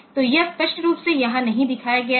तो यह स्पष्ट रूप से यहाँ नहीं दिखाया गया है